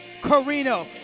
Carino